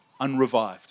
unrevived